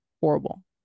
horrible